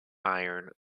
iron